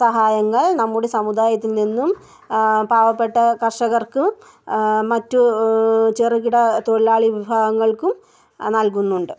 സഹായങ്ങൾ നമ്മുടെ സമുദായത്തിൽ നിന്നും പാവപ്പെട്ട കർഷകർക്കും മറ്റു ചെറുകിട തൊഴിലാളി വിഭാഗങ്ങൾക്കും നൽകുന്നുണ്ട്